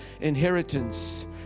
inheritance